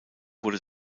wurde